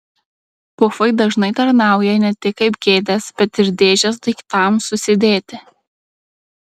pufai dažnai tarnauja ne tik kaip kėdės bet ir dėžės daiktams susidėti